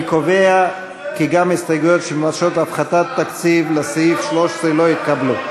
אני קובע כי גם הסתייגויות שמבקשות הפחתת תקציב לסעיף 13 לא נתקבלו.